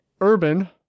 Urban